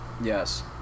yes